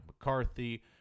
McCarthy